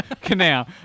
Canal